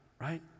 right